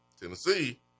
Tennessee